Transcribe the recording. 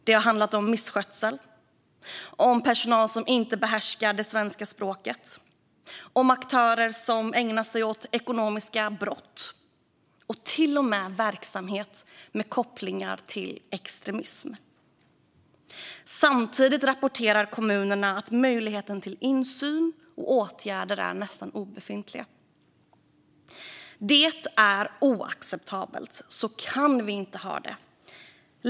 Det har handlat om misskötsel, om personal som inte behärskar det svenska språket, om aktörer som ägnar sig åt ekonomiska brott och till och med om verksamhet med kopplingar till extremism. Samtidigt rapporterar kommunerna att möjligheterna till insyn och åtgärder är nästan obefintliga. Det är oacceptabelt. Så kan vi inte ha det.